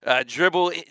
dribble